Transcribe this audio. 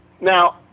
Now